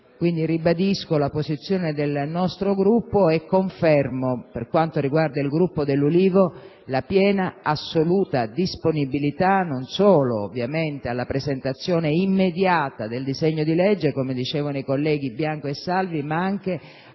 dunque, la posizione del nostro Gruppo e confermo, per quanto riguarda il Gruppo dell'Ulivo, la piena, assoluta disponibilità non solo, ovviamente, alla presentazione immediata del disegno di legge, come dicevano i colleghi Bianco e Salvi, ma anche